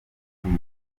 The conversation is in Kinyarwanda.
zibwe